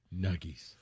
nuggies